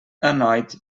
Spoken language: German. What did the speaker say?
erneut